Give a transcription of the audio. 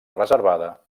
reservada